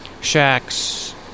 shacks